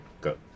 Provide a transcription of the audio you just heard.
go